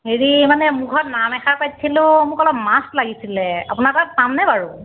হেৰি মানে মোৰ ঘৰত নাম এষাৰ পাতিছিলোঁ মোক অলপ মাছ লাগিছিলে আপোনাৰ তাত পামনে বাৰু